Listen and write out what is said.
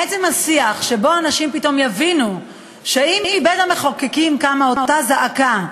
עצם השיח שבו אנשים פתאום יבינו שאם מבית-המחוקקים קמה אותה זעקה,